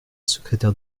secrétaire